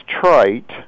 trite